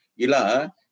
Ila